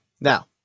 now